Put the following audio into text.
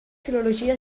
filologia